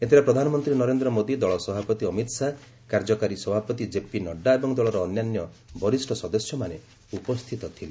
ଏଥିରେ ପ୍ରଧାନମନ୍ତ୍ରୀ ନରେନ୍ଦ୍ର ମୋଦି ଦଳ ସଭାପତି ଅମିତ୍ ଶାହା କାର୍ଯ୍ୟକାରୀ ସଭାପତି ଜେପି ନଡ୍ରା ଏବଂ ଦଳର ଅନ୍ୟାନ୍ୟ ବରିଷ୍ଣ ସଦସ୍ୟମାନେ ଉପସ୍ଥିତ ଥିଲେ